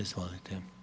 Izvolite.